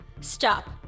Stop